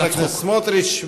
תודה, חבר הכנסת סמוטריץ.